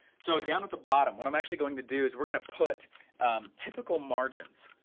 so down at the bottom, what i'm actually going to do is we're going to put typical margins,